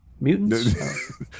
mutants